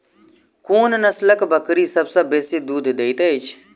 कोन नसलक बकरी सबसँ बेसी दूध देइत अछि?